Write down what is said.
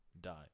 die